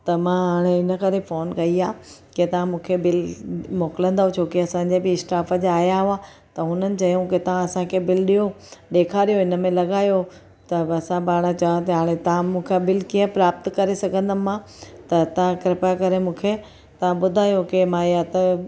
त मां हाणे इन करे फ़ोन कई आहे की तव्हां मूंखे बिल मोकिलींदव छोकी असांजे बि स्टाफ जा आया हुआ त हुननि चयऊं कि तव्हां असांखे बिल ॾियो ॾेखारियो हिन में लॻायो त असां पाणि चऊं पिया तव्हां हाणे मूंखां बिल कीअं प्राप्त करे सघंदमि मां त तव्हां कृपा करे मूंखे तव्हां ॿुधायो की मां या त